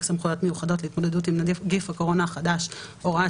סמכויות מיוחדות להתמודדות עם נגיף הקורונה החדש ביחס להגבלת